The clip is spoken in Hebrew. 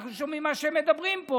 אנחנו שומעים את מה שהם מדברים פה,